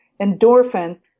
endorphins